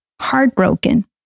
heartbroken